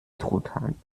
truthahn